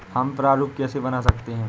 हम प्रारूप कैसे बना सकते हैं?